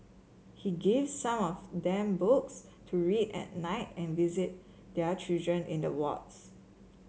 he gives some of them books to read at night and visit their children in the wards